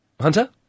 Hunter